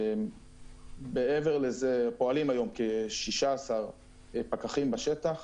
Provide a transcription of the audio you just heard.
מעבר לזה פועלים היום כ-16 פקחים בשטח,